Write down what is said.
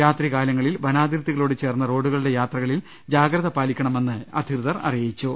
രാത്രി കാലങ്ങളിൽ വനാതിർത്തികളോടു ചേർന്ന റോഡുകളിലൂടെ യാത്രകളിൽ ജാഗ്രത പാലിക്കണമെന്ന് അധികൃതർ അറിയിച്ചു